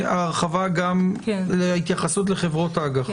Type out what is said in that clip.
ההרחבה גם להתייחסות לחברות אג"ח.